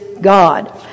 God